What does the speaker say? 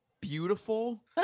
beautiful